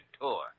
tour